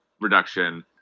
reduction